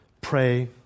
Pray